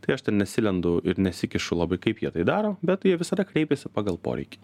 tai aš ten nesilendu ir nesikišu labai kaip jie tai daro bet jie visada kreipiasi pagal poreikį